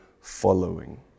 following